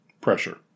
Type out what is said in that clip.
pressure